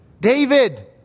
David